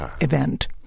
event